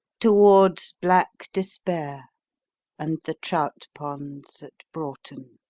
towards black despair and the trout-ponds at broughton.